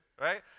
right